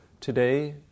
today